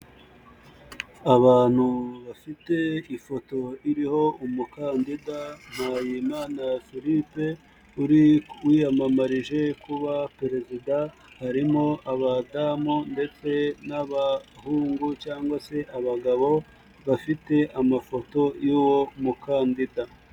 Abantu bafite ifoto iriho umukandida Mpayimana Philippe, uri wiyamamarije kuba Perezida harimo abadamu ndetse n'abahungu, cyangwa se abagabo bafite amafoto y'uwo mukandida.